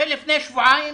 לפני שבועיים,